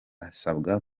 asabwa